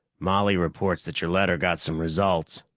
molly reports that your letter got some results,